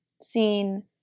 seen